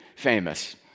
famous